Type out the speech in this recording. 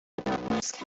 اتوبوس